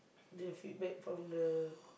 the feedback from the